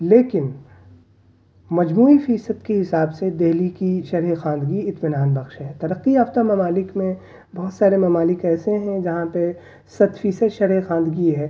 لیکن مجموعی فیصد کے حساب سے دہلی کی شرح خواندگی اطمینان بخش ہے ترقی یافتہ ممالک میں بہت سارے ممالک ایسے ہیں جہاں پہ صد فیصد شرح خواندگی ہے